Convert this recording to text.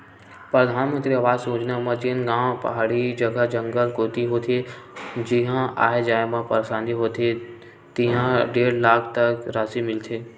परधानमंतरी आवास योजना म जेन गाँव पहाड़ी जघा, जंगल कोती होथे जिहां आए जाए म परसानी होथे तिहां डेढ़ लाख तक रासि मिलथे